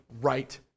right